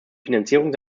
finanzierung